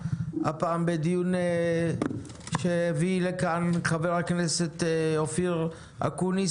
הפעם בדיון שהביא לכאן חבר הכנסת אופיר אקוניס,